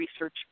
research